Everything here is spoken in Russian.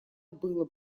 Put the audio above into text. было